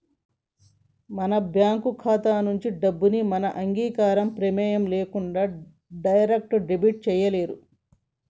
మన బ్యేంకు ఖాతా నుంచి డబ్బుని మన అంగీకారం, ప్రెమేయం లేకుండా డైరెక్ట్ డెబిట్ చేయలేరు